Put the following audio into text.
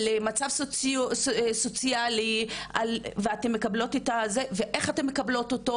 על מצב סוציאלי ואיך אתן מקבלות אותו,